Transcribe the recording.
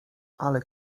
ale